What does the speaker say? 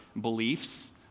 beliefs